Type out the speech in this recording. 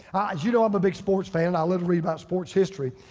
as you know i'm a big sports fan and i love to read about sports history.